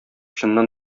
чыннан